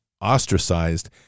ostracized